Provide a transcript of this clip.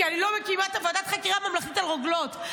כי אני לא מקימה את ועדת החקירה הממלכתית על רוגלות.